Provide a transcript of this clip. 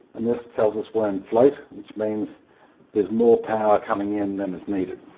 and this tells us we're in float, which means there's more power coming in than is needed.